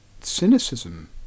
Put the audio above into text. cynicism